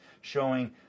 showing